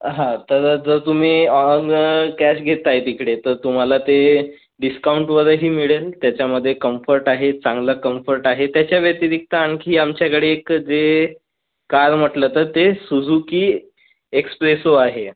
हा तर जर तुम्ही ऑन कॅश घेत आहे तिकडे तर तुम्हाला ते डिस्काउंट वरही मिळेल त्याच्यामध्ये कंफर्ट आहे चांगला कंफर्ट आहे त्याचा व्यतिरिक्त आणखी आमच्याकडे एक जे कार म्हटलं तर ते सुझुकी एक्सप्रेसो आहे